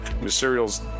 materials